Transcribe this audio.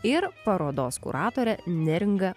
ir parodos kuratore neringa